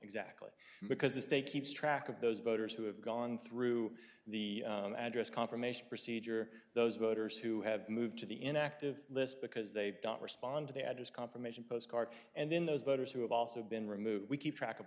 exactly because they keeps track of those voters who have gone through the address confirmation procedure those voters who have moved to the inactive list because they don't respond to the ad as confirmation postcard and then those voters who have also been removed we keep track of